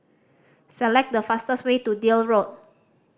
select the fastest way to Deal Road